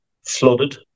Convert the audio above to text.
flooded